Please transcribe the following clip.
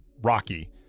Rocky